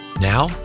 Now